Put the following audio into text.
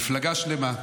מפלגה שלמה,